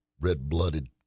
red-blooded